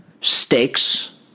stakes